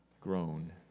grown